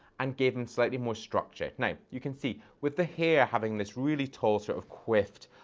and gave him slightly more structure. now, you can see, with the hair having this really tall, sort of coiffed,